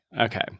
Okay